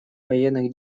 военных